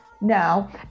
Now